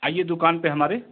आइए दुकान पर हमारे